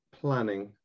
planning